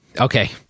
Okay